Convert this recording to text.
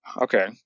okay